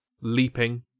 leaping